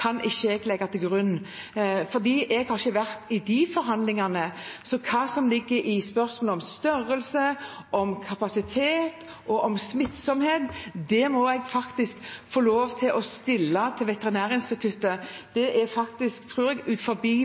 ikke jeg legge til grunn, for jeg har ikke har vært i de forhandlingene. Så hva som ligger i spørsmål om størrelse, om kapasitet og om smittsomhet, må jeg få lov til å stille til Veterinærinstituttet. Det er faktisk, tror jeg,